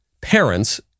Parents